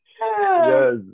yes